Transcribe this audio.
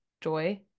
joy